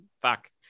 Fuck